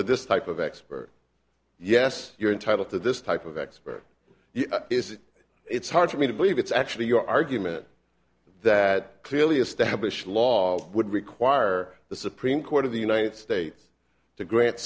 to this type of expert yes you're entitled to this type of expert is it's hard for me to believe it's actually your argument that clearly established law would require the supreme court of the united states to grant